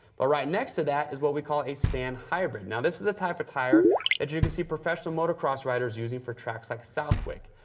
but right next to that is what we call a sand hybrid. now this is a type of tire that you can see professional motocross riders using for tracks like southwick.